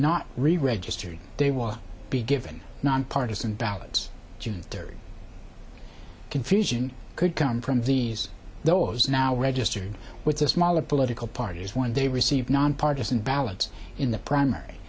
not reregistering they will be given nonpartisan ballots june third confusion could come from these those now registered with a smaller political parties when they receive nonpartisan ballots in the primary